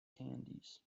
candies